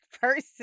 person